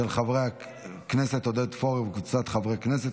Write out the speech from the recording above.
של חבר הכנסת עודד פורר וקבוצת חברי הכנסת.